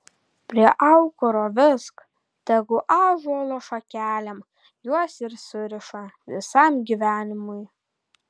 prie aukuro vesk tegu ąžuolo šakelėm juos ir suriša visam gyvenimui